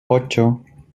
ocho